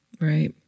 Right